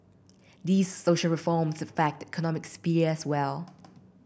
these social reforms affect economic sphere as well